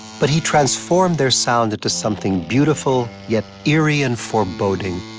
but he transformed their sound into something beautiful yet eerie and foreboding.